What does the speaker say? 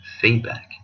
feedback